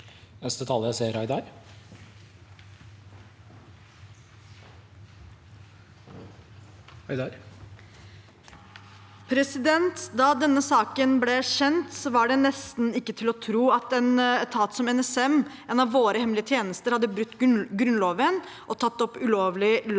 Da denne saken ble kjent, var det nesten ikke til å tro at en etat som NSM, en av våre hemmelige tjenester, hadde brutt Grunnloven og tatt opp ulovlig lån